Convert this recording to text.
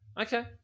Okay